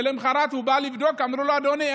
ולמוחרת הוא בא לבדוק ואמרו לו: אדוני,